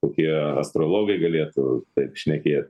kokie astrologai galėtų taip šnekėt